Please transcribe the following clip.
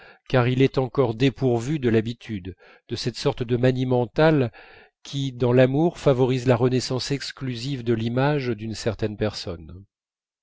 car il est encore dépourvu de l'habitude de cette sorte de manie mentale qui dans l'amour favorise la renaissance exclusive de l'image d'une certaine personne